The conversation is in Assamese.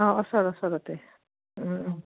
অঁ ওচৰত ওচৰতে